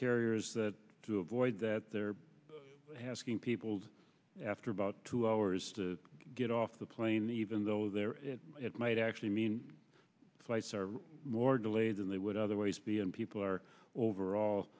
carriers that to avoid that there has been people after about two hours to get off the plane even though there might actually mean flights are more delayed than they would otherwise be and people are overall